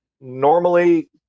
normally